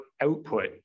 output